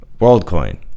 WorldCoin